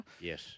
Yes